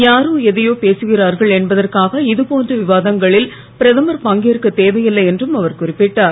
யாரோ எதையோ பேசுகிறார்கள் என்பதற்காக இதுபோன்ற விவாதங்களில் பிரதமர் பங்கேற்க தேவையில்லை என்றும் அவர் குறிப்பிட்டார்